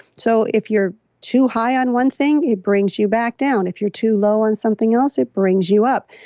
so if you're too high on one thing, it brings you back down. if you're too low on something else, it brings you up.